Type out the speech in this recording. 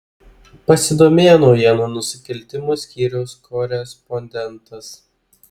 pasidomėjo naujienų nusikaltimų skyriaus korespondentas